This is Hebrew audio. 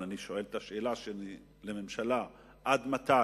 אני מפנה את השאלה שלי לממשלה, עד מתי?